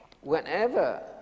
Whenever